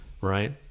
right